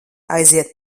aiziet